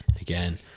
again